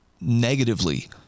negatively